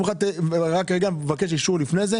ייתנו לך,